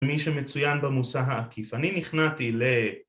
מי שמצוין במושא העקיף. אני נכנעתי ל...